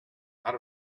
out